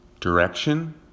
direction